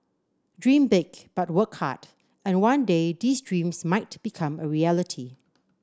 dream big but work hard and one day these dreams might become a reality